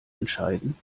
entscheiden